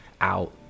out